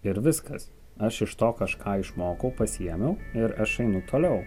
ir viskas aš iš to kažką išmokau pasiėmiau ir aš einu toliau